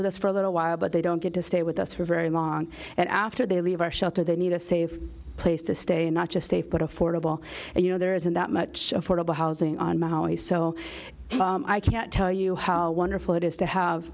with us for a little while but they don't get to stay with us for very long and after they leave our shelter they need a safe place to stay and not just safe but affordable and you know there isn't that much affordable housing on maui so i can't tell you how wonderful it is to have